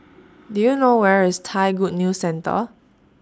Do YOU know Where IS Thai Good News Centre